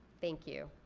thank you.